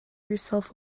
yourself